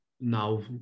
now